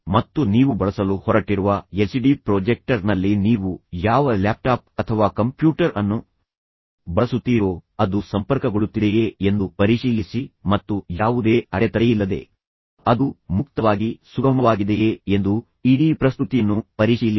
ಮತ್ತು ನೀವು ಬಳಸಲು ಹೊರಟಿರುವ ಎಲ್ಸಿಡಿ ಪ್ರೊಜೆಕ್ಟರ್ನಲ್ಲಿ ನೀವು ಯಾವ ಲ್ಯಾಪ್ಟಾಪ್ ಅಥವಾ ಕಂಪ್ಯೂಟರ್ ಅನ್ನು ಬಳಸುತ್ತೀರೋ ಅದು ಸಂಪರ್ಕಗೊಳ್ಳುತ್ತಿದೆಯೇ ಎಂದು ಪರಿಶೀಲಿಸಿ ಮತ್ತು ಯಾವುದೇ ಅಡೆತಡೆಯಿಲ್ಲದೆ ಅದು ಮುಕ್ತವಾಗಿ ಸುಗಮವಾಗಿದೆಯೇ ಎಂದು ಇಡೀ ಪ್ರಸ್ತುತಿಯನ್ನು ಪರಿಶೀಲಿಸಿ